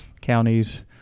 counties